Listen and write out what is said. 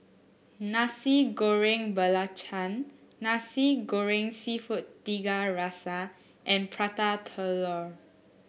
Nasi Goreng Belacan Nasi Goreng seafood Tiga Rasa and Prata Telur